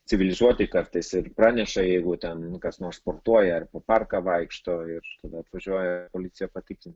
civilizuoti kartais ir praneša jeigu ten kas nors sportuoja ar po parką vaikšto ir tada atvažiuoja policija patikrinti